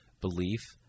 belief